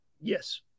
yes